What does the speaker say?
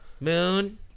Moon